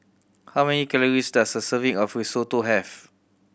how many calories does a serving of Risotto have